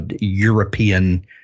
European –